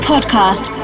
podcast